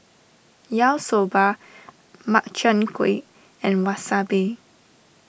Yaki Soba Makchang Gui and Wasabi